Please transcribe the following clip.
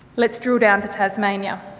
let's drill down to tasmania.